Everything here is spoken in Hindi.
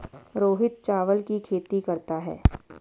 रोहित चावल की खेती करता है